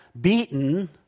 beaten